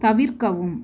தவிர்க்கவும்